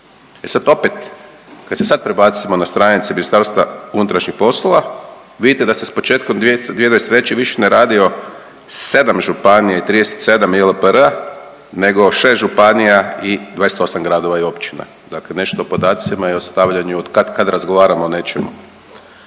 E sad opet, kad se sad prebacimo na stranice Ministarstva unutrašnjih poslova, vidite da se s početkom 2023. više ne radi o 7 županija i 37 JLPR-a nego 6 županija i28 gradova i općina. Dakle nešto o podacima i o stavljanju od, kad razgovaramo o nečemu.